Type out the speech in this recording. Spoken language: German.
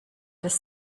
des